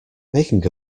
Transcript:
making